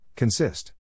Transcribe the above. Consist